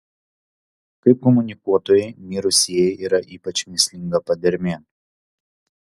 kaip komunikuotojai mirusieji yra ypač mįslinga padermė